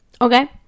okay